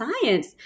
science